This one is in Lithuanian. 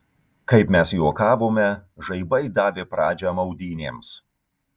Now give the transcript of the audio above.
kaip mes juokavome žaibai davė pradžią maudynėms